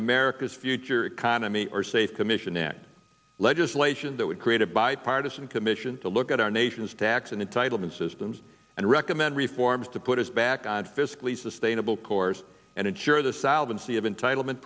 america's future economy our safe commission act legislation that would create a bipartisan commission to look at our nation's tax and entitlement systems and recommend reforms to put us back and fiscally sustainable course and ensure the south and see of entitlement